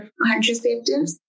contraceptives